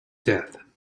death